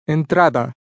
Entrada